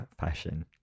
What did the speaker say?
fashion